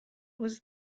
was